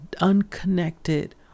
unconnected